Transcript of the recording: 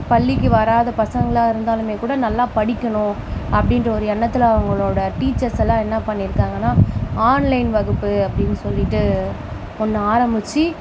பள்ளிக்கு வராத பசங்களாக இருந்தாலுமே கூட நல்லா படிக்கணும் அப்படின்ற ஒரு எண்ணத்தில் அவங்களோட டீச்சர்ஸ்லாம் என்ன பண்ணிருக்காங்கன்னா ஆன்லைன் வகுப்பு அப்படினு சொல்லிட்டு ஒன்று ஆரமிச்சு